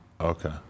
Okay